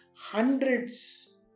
Hundreds